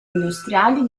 industriali